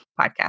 podcast